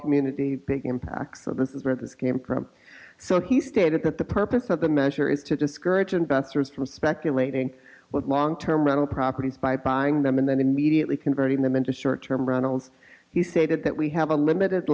community big impacts so this is where this came from so he stated that the purpose of the measure is to discourage investors from speculating with long term rental properties by buying them and then immediately converting them into short term runnels he stated that we have a limited